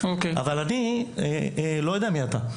אבל אני לא יודע מי אתה.